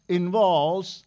involves